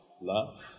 love